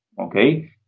okay